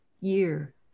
year